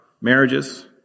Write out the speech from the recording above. marriages